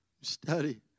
study